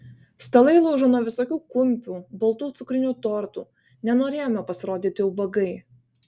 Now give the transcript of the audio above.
stalai lūžo nuo visokių kumpių baltų cukrinių tortų nenorėjome pasirodyti ubagai